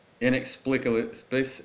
inexplicably